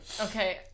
Okay